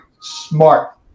smart